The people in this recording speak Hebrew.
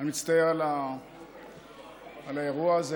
אני מצטער על האירוע הזה.